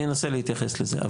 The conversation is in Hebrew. אני אנסה להתייחס לזה,